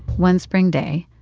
one spring day,